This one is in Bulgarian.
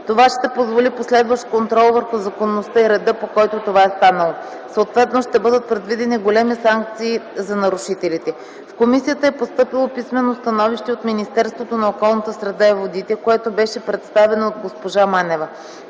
Това ще позволи последващ контрол върху законността и реда, по който това е станало. Съответно ще бъдат предвидени големи санкции за нарушителите. В комисията е постъпило писмено становище от Министерството на околната среда и водите, което беше представено от госпожа Манева.